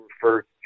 first